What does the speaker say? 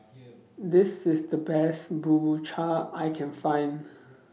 This IS The Best Bubur Cha I Can Find